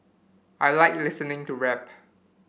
I like listening to rap